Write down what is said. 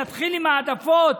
נתחיל בהעדפות,